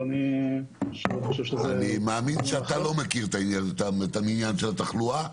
אני מאמין שאתה לא מכיר את העניין של התחלואה.